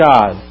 God